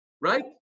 Right